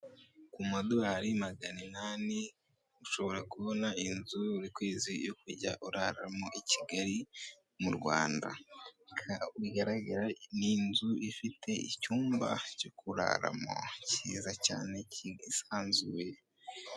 ku madolarari maganainani ushobora kubona inzu buri kwezi yo kujya uraramo i kigali mu Rwanda, ni inzu ifite icyumba cyo kuraramo kiza cyane kisanzuye.